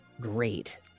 great